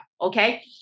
okay